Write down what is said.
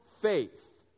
faith